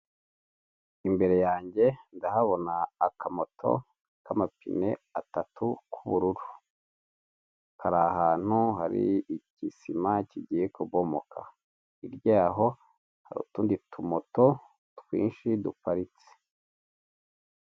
Imbere yange ndahabona akamoto y'amapine atatu k'ubururu. Hari ahantu hari igisima kigiye kubomoka hirya yaho hari utundi tumoto twinshi duparitse.